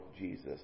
Jesus